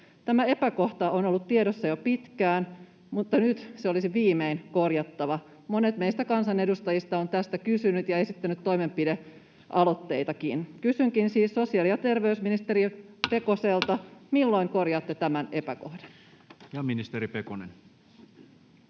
Tämä epäkohta on ollut tiedossa jo pitkään, mutta nyt se olisi viimein korjattava. Monet meistä kansanedustajista ovat tästä kysyneet ja esittäneet toimenpidealoitteitakin. Kysynkin siis sosiaali- ja terveysministeri Pekoselta: milloin korjaatte tämän epäkohdan? Ja ministeri Pekonen.